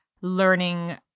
learning